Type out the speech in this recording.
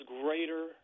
greater